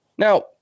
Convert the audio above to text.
Now